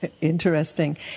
Interesting